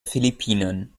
philippinen